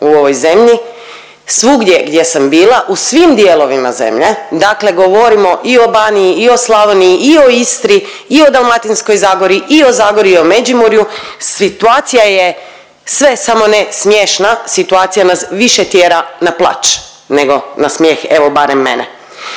u ovoj zemlji, svugdje gdje sam bila, u svim dijelovima zemlje, dakle govorimo i o Baniji i o Slavoniji i o Istri i o Dalmatinskoj zagori i o Zagorju i Međimurju, situacija je sve samo ne smiješna, situacija nas više tjera na plač nego na smijeh, evo barem mene.